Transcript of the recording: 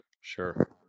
Sure